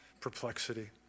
perplexity